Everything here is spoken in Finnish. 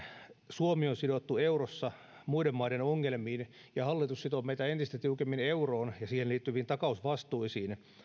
suomi on sidottu eurossa muiden maiden ongelmiin ja hallitus sitoo meitä entistä tiukemmin euroon ja siihen liittyviin takausvastuisiin